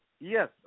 Yes